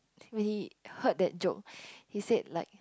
when he heard that joke he said like